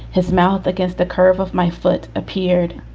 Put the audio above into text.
his mouth against the curve of my foot appeared.